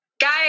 guys